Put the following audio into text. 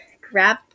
grab